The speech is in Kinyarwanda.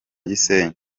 gisenyi